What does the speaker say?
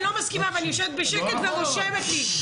לא מסכימה ואני יושבת בשקט ורושמת לי,